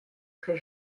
très